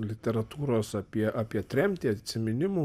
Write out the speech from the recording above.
literatūros apie apie tremtį atsiminimų